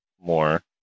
more